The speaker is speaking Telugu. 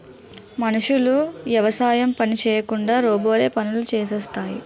మనుషులు యవసాయం పని చేయకుండా రోబోలే పనులు చేసేస్తాయి